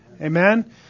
Amen